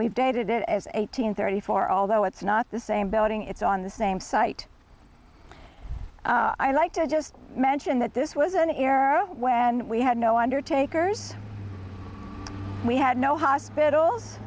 we've dated it as eighteen thirty four although it's not the same building it's on the same site i like to just mention that this was an era when we had no undertakers we had no hospitals